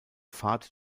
fahrt